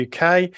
uk